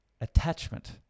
attachment